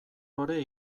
lore